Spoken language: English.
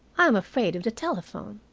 i am afraid of the telephone.